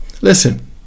Listen